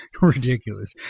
ridiculous